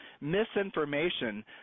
misinformation